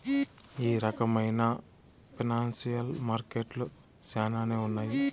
ఈ రకమైన ఫైనాన్సియల్ మార్కెట్లు శ్యానానే ఉన్నాయి